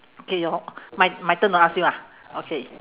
okay your my my turn to ask you ah okay